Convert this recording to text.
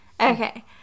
Okay